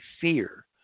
fear